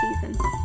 season